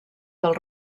del